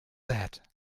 that